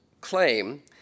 claim